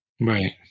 Right